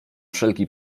wszelki